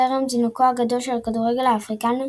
טרם זינוקו הגדול של הכדורגל האפריקני,